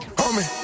homie